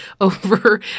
over